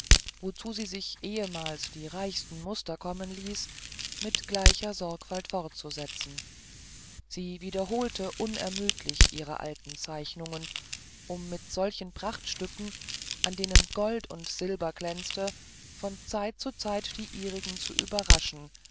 wozu sie sich ehemals die reichsten muster kommen ließ mit gleicher sorgfalt fortzusetzen sie wiederholte unermüdet ihre alten zeichnungen um mit solchen prachtstücken an denen gold und silber glänzte von zeit zu zeit die ihrigen zu überraschen